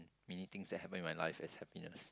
many things that happen in my life as happiness